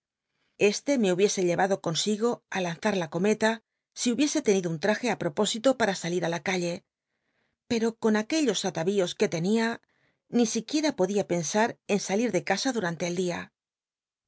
este me hubic c llevado consigo ú lanzar la cometa si hubiese tenido un lmje ti propósito para a lit ú la calle pca o con aquellos atarios que tenia ni siquiera podia pensaa en salir de casa durante el dia